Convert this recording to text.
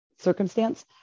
circumstance